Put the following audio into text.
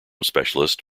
specialist